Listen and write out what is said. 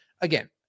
again